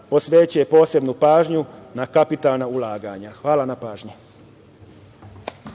posvećuje posebnu pažnju na kapitalna ulaganja. Hvala na pažnji.